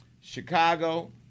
Chicago